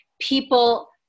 people